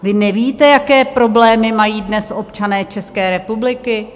Vy nevíte, jaké problémy mají dnes občané České republiky?